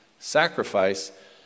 sacrifice